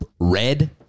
red